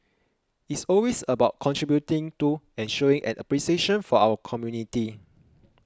it's always about contributing to and showing an appreciation for our community